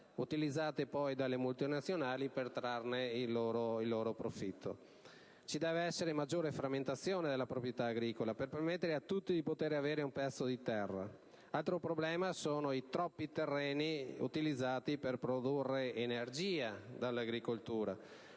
utilizzate poi dalle multinazionali per trarre il loro profitto. Ci deve essere maggiore frammentazione nella proprietà agricola per permettere a tutti di poter avere un pezzo di terra. Altro problema sono i troppi terreni utilizzati per produrre energia dall'agricoltura.